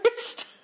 first